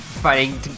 fighting